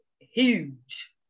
huge